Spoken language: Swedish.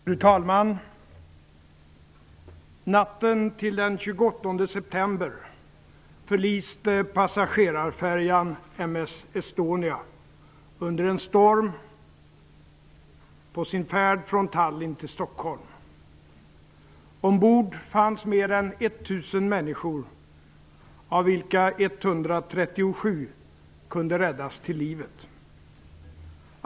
Fru talman! Natten till den 28 september förliste passagerarfärjan MS Estonia under en storm på sin färd från Tallinn till Stockholm. Ombord fanns mer än 1 000 människor av vilka 137 kunde räddas till livet.